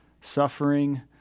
suffering